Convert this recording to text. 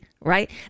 right